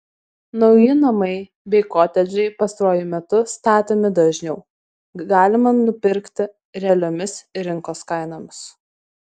nauji namai bei kotedžai pastaruoju metu statomi dažniau galima nupirkti realiomis rinkos kainomis